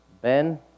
Ben